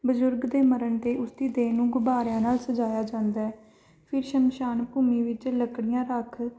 ਬਜ਼ੁਰਗ ਦੇ ਮਰਨ 'ਤੇ ਉਸ ਦੀ ਦੇਹ ਨੂੰ ਗੁਬਾਰਿਆਂ ਨਾਲ ਸਜਾਇਆ ਜਾਂਦਾ ਫਿਰ ਸ਼ਮਸ਼ਾਨ ਭੂਮੀ ਵਿੱਚ ਲੱਕੜੀਆਂ ਰੱਖ